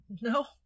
no